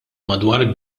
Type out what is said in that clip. madwar